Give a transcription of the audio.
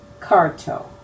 Carto